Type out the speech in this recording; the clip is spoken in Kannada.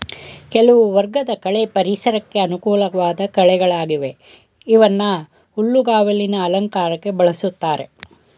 ಕೆಲವು ವರ್ಗದ ಕಳೆ ಪರಿಸರಕ್ಕೆ ಅನುಕೂಲ್ವಾಧ್ ಕಳೆಗಳಾಗಿವೆ ಇವನ್ನ ಹುಲ್ಲುಗಾವಲಿನ ಅಲಂಕಾರಕ್ಕೆ ಬಳುಸ್ತಾರೆ